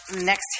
next